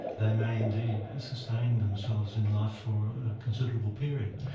they may indeed sustain themselves in life for a considerable period.